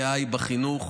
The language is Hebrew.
AI בחינוך.